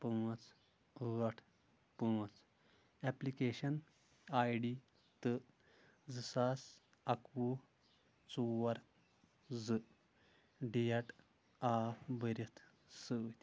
پانٛژھ ٲٹھ پانٛژھ ایٚپلِکیشن آے ڈی تہٕ زٕ ساس اَکوُہ ژور زٕ ڈیٹ آف بٔرٕتھ سۭتۍ